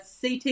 CT